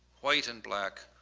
white and black,